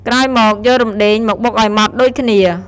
ក្រោយមក យករំដេងមកបុកឱ្យម៉ដ្ឋដូចគ្នា។